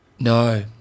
No